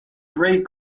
great